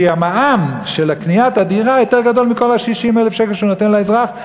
כי המע"מ בקניית הדירה יותר גדול מכל ה-60,000 שקל שהוא נותן לאזרח,